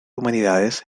humanidades